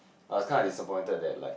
a kind of disappointed that like